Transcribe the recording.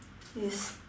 is